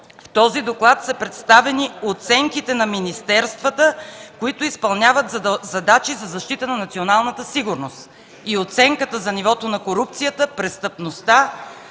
В този доклад са представени оценките на министерствата, които изпълняват задачи за защита на националната сигурност и оценката за нивото на корупцията, престъпността